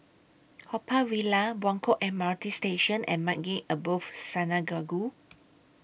Haw Par Villa Buangkok M R T Station and Maghain Aboth Synagogue